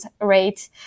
rate